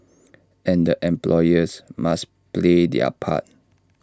and employers must play their part